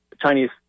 Chinese